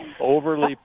Overly